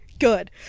good